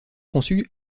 conçu